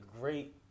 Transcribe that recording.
great